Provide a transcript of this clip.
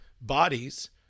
bodies